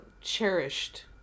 cherished